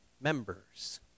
members